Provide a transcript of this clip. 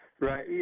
Right